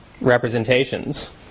representations